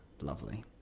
lovely